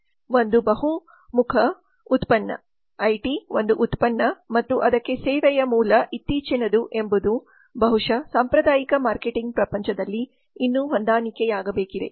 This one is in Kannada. ಒಂದು ಬಹು ಮುಖ ಮಲ್ಟಿ faceted ಉತ್ಪನ್ನ ಐಟಿ ಒಂದು ಉತ್ಪನ್ನ ಮತ್ತು ಅದಕ್ಕೆ ಸೇವೆಯ ಮೂಲ ಇತ್ತೀಚಿನದು ಎಂಬದು ಬಹುಶಃ ಸಾಂಪ್ರದಾಯಿಕ ಮಾರ್ಕೆಟಿಂಗ್ ಪ್ರಪಂಚದಲ್ಲಿ ಇನ್ನೂ ಹೊಂದಾಣಿಕೆಯಾಗಬೇಕಿದೆ